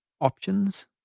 options